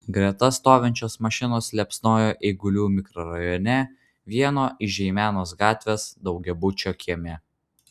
greta stovinčios mašinos liepsnojo eigulių mikrorajone vieno iš žeimenos gatvės daugiabučio kieme